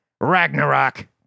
Ragnarok